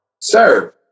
sir